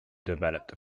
developed